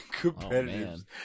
Competitive